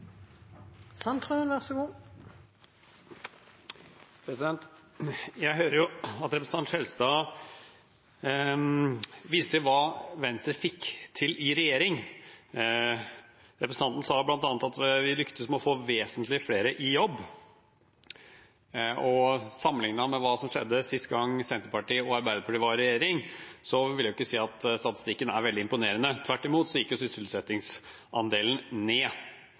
Jeg hører at representanten Skjelstad viser til hva Venstre fikk til i regjering. Representanten sa bl.a. at de lyktes med å få vesentlig flere i jobb. Sammenliknet med hva som skjedde sist gang Senterpartiet og Arbeiderpartiet var i regjering, vil jeg ikke si at statistikken er veldig imponerende – tvert imot gikk sysselsettingsandelen ned.